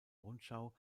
rundschau